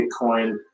Bitcoin